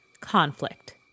conflict